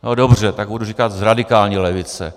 No dobře, tak budu říkat radikální levice.